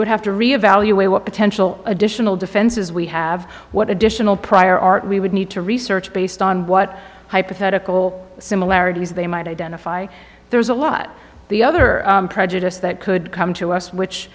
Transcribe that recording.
would have to re evaluate what potential additional defenses we have what additional prior art we would need to research based on what hypothetical similarities they might identify there's a lot the other prejudice that could come to us which